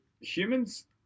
humans